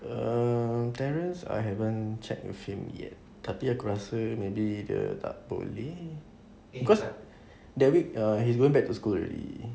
um terrence I haven't check with him yet tapi aku rasa maybe dia tak boleh because that week he's going back to school already